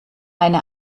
eine